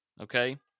Okay